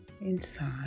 Inside